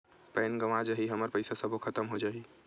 Pan गंवा जाही हमर पईसा सबो खतम हो जाही?